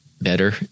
better